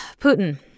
Putin